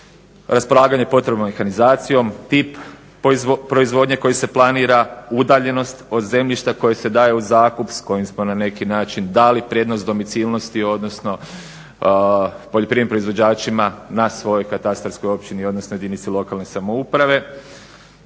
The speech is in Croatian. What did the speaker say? raspolaganje potrebnom mehanizacijom, tip proizvodnje koji se planira, udaljenost od zemljišta koje se daje u zakup s kojim smo na neki način dali prednost domicilnosti, odnosno poljoprivrednim proizvođačima na svojoj katastarskoj općini odnosno jedinci lokalne samouprave.